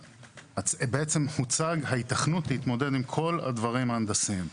בעצם הוצגה ההיתכנות להתמודד עם כל הדברים ההנדסיים.